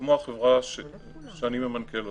כמו החברה שאני ממנכל אותה.